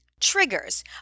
Triggers